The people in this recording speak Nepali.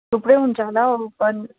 थुप्रै हुन्छ होला हौ ग्रुप पनि